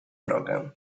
drogę